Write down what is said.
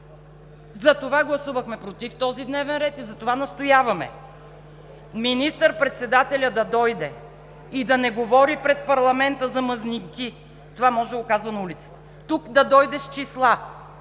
Затова гласувахме против този дневен ред. Затова настояваме министър-председателят да дойде и да не говори пред парламента за мазнинки. Това може да го казва на улицата. Тук да дойде с числа